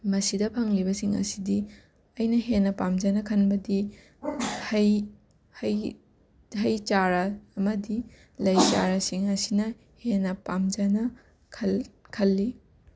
ꯃꯁꯤꯗ ꯐꯪꯂꯤꯕꯁꯤꯡ ꯑꯁꯤꯗꯤ ꯑꯩꯅ ꯍꯦꯟꯅ ꯄꯥꯝꯖꯅ ꯈꯟꯕꯗꯤ ꯍꯩ ꯍꯩ ꯍꯩ ꯆꯥꯔꯥ ꯑꯃꯗꯤ ꯂꯩ ꯆꯥꯔꯥꯁꯤꯡ ꯑꯁꯤꯅ ꯍꯦꯟꯅ ꯄꯥꯝꯖꯅ ꯈꯜ ꯈꯜꯂꯤ